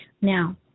Now